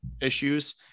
issues